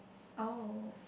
oh